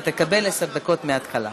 אתה תקבל עשר דקות מההתחלה.